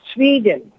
Sweden